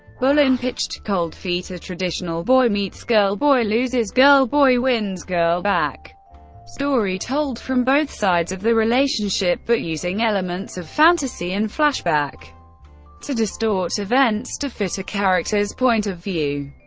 bullen pitched cold feet, a traditional boy-meets-girl, boy-meets-girl, boy-loses-girl, boy-wins-girl-back story told from both sides of the relationship, but using elements of fantasy and flashback to distort events to fit a character's point of view.